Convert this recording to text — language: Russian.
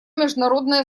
международное